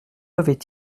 avait